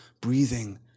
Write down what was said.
breathing